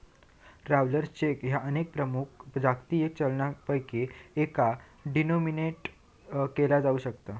travellers cheque ह्या अनेक प्रमुख जागतिक चलनांपैकी एकात डिनोमिनेटेड केला जाऊ शकता